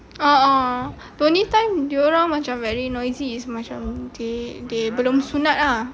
a'ah the only time dorang macam very noisy is macam they belum sunat ah